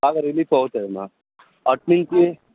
బాగా రిలీఫ్గా ఉంటుంది మాం అట్నుంచి